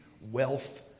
wealth